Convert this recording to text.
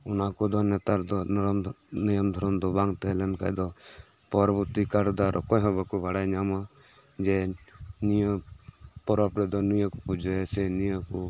ᱚᱱᱟ ᱠᱚᱫᱚ ᱱᱮᱛᱟᱨ ᱫᱚ ᱱᱤᱭᱚᱱ ᱫᱷᱚᱨᱚᱱ ᱫᱚ ᱱᱤᱭᱚᱱ ᱫᱷᱚᱨᱚᱱ ᱫᱚ ᱵᱟᱝ ᱛᱟᱦᱮᱸ ᱞᱮᱱ ᱠᱷᱟᱡ ᱫᱚ ᱯᱚᱨᱚᱵᱚᱨᱛᱤ ᱠᱟᱞᱨᱮ ᱫᱚ ᱚᱠᱚᱭ ᱦᱚᱸ ᱵᱟᱠᱚ ᱵᱟᱲᱟᱭ ᱧᱟᱢᱟ ᱡᱮ ᱱᱤᱭᱟᱹ ᱯᱚᱨᱚᱵᱽ ᱨᱮᱫᱚ ᱱᱤᱭᱟᱹ ᱠᱚ ᱯᱩᱡᱟᱹᱭᱟ ᱥᱮ ᱱᱤᱭᱟᱹ ᱠᱚ